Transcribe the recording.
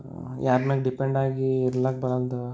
ಯಾರ ಮೇಲೆ ಡಿಪೆಂಡ್ ಆಗಿ ಇರ್ಲಾಕ ಬರಲ್ದು